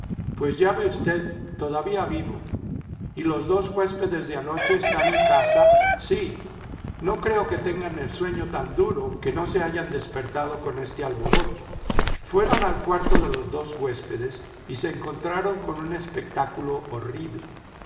pues ya ve usted todavía vivo y los dos huéspedes de anoche están en casa sí no creo que tengan el sueño tan duro que no se hayan despertado con este alboroto fueron al cuarto de los dos huéspedes y se encontraron con un espectáculo horrible